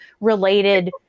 related